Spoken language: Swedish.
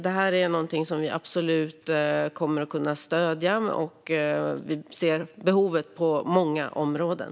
Detta är alltså någonting som vi absolut kommer att kunna stödja, och vi ser behoven på många områden.